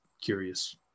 curious